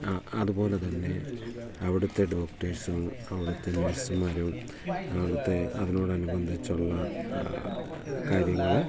അതുപോലെ തന്നെ അവിടുത്തെ ഡോക്ടേഴ്സും അവിടുത്തെ നേഴ്സുമാരും അവിടുത്തെ അതിനോടനുബന്ധിച്ചുള്ള കാര്യങ്ങൾ